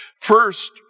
First